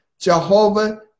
Jehovah